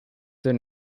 their